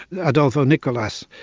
adolfo nicolas.